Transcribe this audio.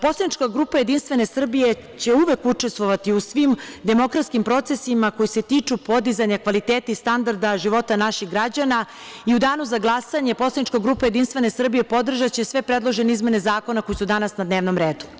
Poslanička grupa JS će uvek učestvovati u svim demokratskim procesima koji se tiču podizanja kvaliteta standarda života naših građana i u danu za glasanje poslanička grupa JS će podržati sve predložene izmene zakona koje su danas na dnevnom redu.